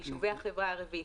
ביישובי החברה הערבית,